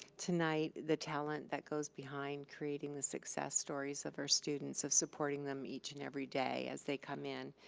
tonight the talent that goes behind creating the success stories of our students, of supporting them each and every day as they come in,